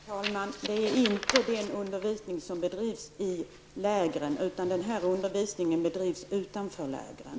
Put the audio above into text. Herr talman! Det är inte den undervisning som bedrivs i lägren, utan den här undervisningen bedrivs utanför lägren.